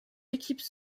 équipes